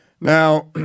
Now